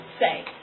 say